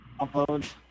upload